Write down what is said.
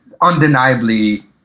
undeniably